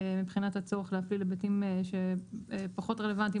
מבחינת הצורך להפעיל היבטים פחות רלוונטיים